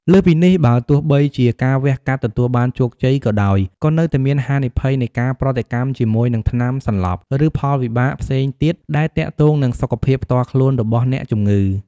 លើសពីនេះ បើទោះបីជាការវះកាត់ទទួលបានជោគជ័យក៏ដោយ ក៏នៅតែមានហានិភ័យនៃការប្រតិកម្មជាមួយនឹងថ្នាំសន្លប់ ឬផលវិបាកផ្សេងទៀតដែលទាក់ទងនឹងសុខភាពផ្ទាល់ខ្លួនរបស់អ្នកជំងឺ។